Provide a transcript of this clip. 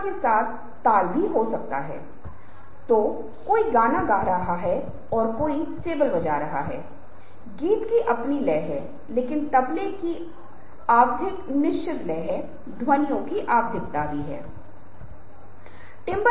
तो इस तरह की स्थिति में आपको इशारों को बनाने के लिए नॉन वर्बल का उपयोग करना होगा जो या दर्शाएगा कि आप या तो सहमत हैं या असहमत हैं